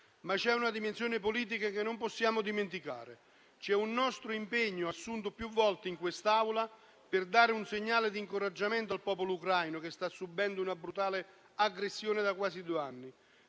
Ma c'è una dimensione politica che non possiamo dimenticare; c'è un nostro impegno, assunto più volte in quest'Aula, per dare un segnale di incoraggiamento al popolo ucraino, che sta subendo una brutale aggressione da quasi due anni.